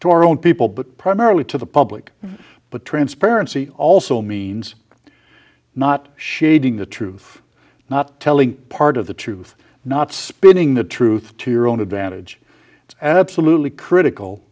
to our own people but primarily to the public but transparency also means not shading the truth not telling part of the truth not spinning the truth to your own advantage it's absolutely critical